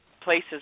places